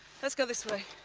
let's go this way.